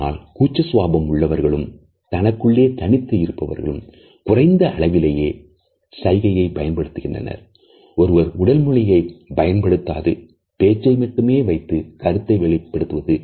ஆனால் கூச்ச சுபாவம் உள்ளவர் களும் தனக்குள்ளே தனித்து இருப்பவர்களும் குறைந்த அளவிலேயே சைகை பயன்படுத்துகின்றனர்